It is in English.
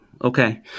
Okay